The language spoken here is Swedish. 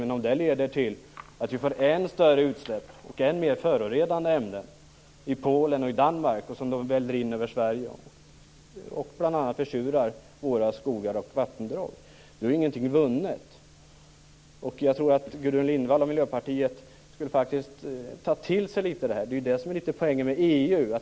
Men om det leder till att vi får än större utsläpp och än mer förorenande ämnen i Polen och Danmark som sedan väller in över Sverige och bl.a. försurar våra skogar och vattendrag så är ingenting vunnet. Jag tror att Gudrun Lindvall och Miljöpartiet faktiskt skulle ta till sig litet av det här. Det är det som är litet av poängen med EU.